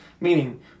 meaning